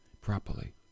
properly